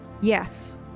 Yes